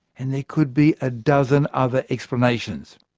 and there could be a dozen other explanations.